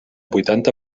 huitanta